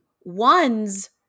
ones